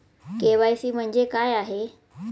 KYC म्हणजे काय आहे?